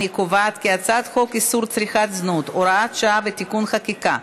אני קובעת כי הצעת חוק איסור צריכת זנות (הוראת שעה ותיקון חקיקה),